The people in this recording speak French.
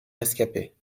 rescapés